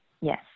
Yes